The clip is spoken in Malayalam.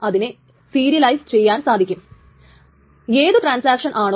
x ന്റെ റൈറ്റ് ടൈംസ്റ്റാമ്പ് പറയുന്നു അവിടെ ഒരു ട്രാൻസാക്ഷൻ ഉണ്ടെന്ന്